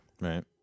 Right